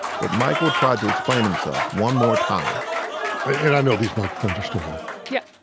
but michael tried to explain himself one more time and i know these microphones are still um yep